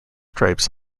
stripes